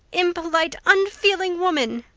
impolite, unfeeling woman!